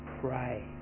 pray